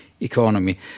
economy